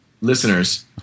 Listeners